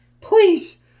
Please